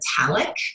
metallic